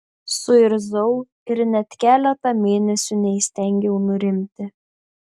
suirzau ir net keletą mėnesių neįstengiau nurimti